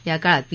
या काळात पी